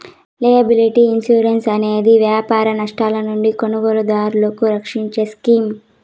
liability insurance అనేది వ్యాపార నష్టాల నుండి కొనుగోలుదారులను రక్షించే స్కీమ్